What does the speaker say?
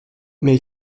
mais